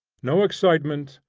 no excitement,